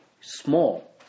small